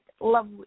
love